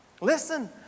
Listen